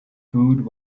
food